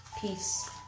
Peace